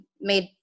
made